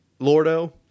Lordo